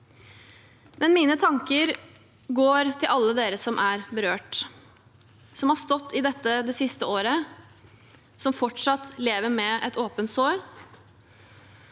Mine tanker går til alle dere som er berørt, som har stått i dette det siste året, og som fortsatt lever med et åpent sår.